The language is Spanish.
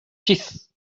chis